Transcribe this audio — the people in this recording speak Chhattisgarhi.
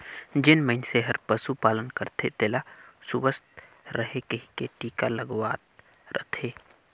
जेन मइनसे हर पसु पालन करथे तेला सुवस्थ रहें कहिके टिका लगवावत रथे